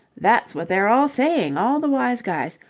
that's what they're all saying, all the wise guys.